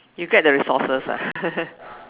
you get the resources ah